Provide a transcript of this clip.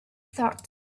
thought